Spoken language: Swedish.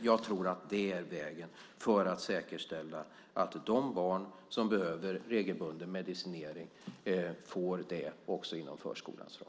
Jag tror att det är vägen för att man ska säkerställa att de barn som behöver regelbunden medicinering får det också inom förskolans ram.